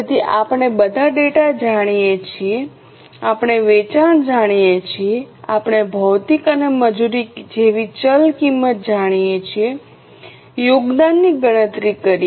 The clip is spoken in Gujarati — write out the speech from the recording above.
તેથી આપણે બધા ડેટા જાણીએ છીએ આપણે વેચાણ જાણીએ છીએ આપણે ભૌતિક અને મજૂર જેવી ચલ કિંમત જાણીએ છીએ યોગદાનની ગણતરી કરીએ